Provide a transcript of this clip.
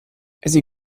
sie